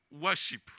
worship